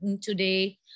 today